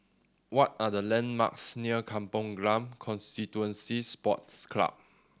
what are the landmarks near Kampong Glam Constituency Sports Club